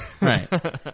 Right